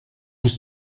ich